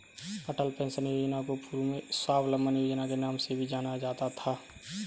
अटल pension योजना को पूर्व में स्वाबलंबन योजना के नाम से भी जाना जाता था